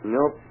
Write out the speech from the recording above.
Nope